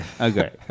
Okay